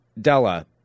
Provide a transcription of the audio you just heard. Della